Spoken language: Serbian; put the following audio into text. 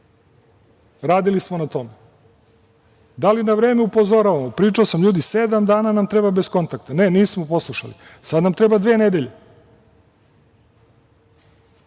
Radili smo na tome. Da li na vreme upozoravamo? Pričao sam - ljudi, sedam dana nam treba bez kontakta. Ne, nismo poslušali. Sad nam treba dve nedelje.